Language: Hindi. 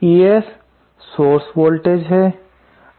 ES सोर्स वोल्टेज है